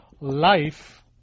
life